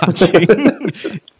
watching